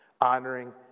honoring